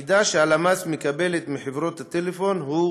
המידע שהלמ"ס מקבלת מחברות הטלפון הוא